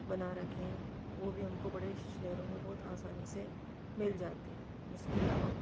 बना रखें हैं वह भी हमको बड़े शहरों में बहुत आसानी से मिल जाते हैं इसके अलावा